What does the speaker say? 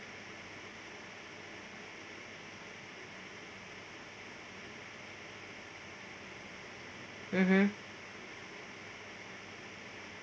mmhmm